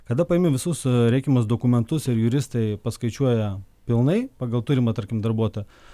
kada paiimi visus reikiamus dokumentus ir juristai paskaičiuoja pilnai pagal turimą tarkim darbuotoją